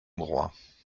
droit